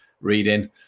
reading